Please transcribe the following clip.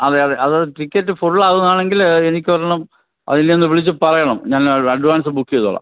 അതെ അതെ അത് ടിക്കറ്റ് ഫുള്ളാവുകയാണെങ്കിൽ എനിക്കൊരെണ്ണം എന്നെയൊന്ന് വിളിച്ചു പറയണം ഞാൻ അഡ്വാൻസ് ബുക്ക് ചെയ്തോളാം